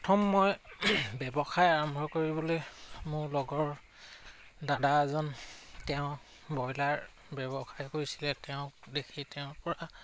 প্ৰথম মই ব্যৱসায় আৰম্ভ কৰিবলৈ মোৰ লগৰ দাদা এজন তেওঁ ব্ৰইলাৰ ব্যৱসায় কৰিছিলে তেওঁক দেখি তেওঁৰ পৰা